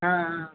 ஆ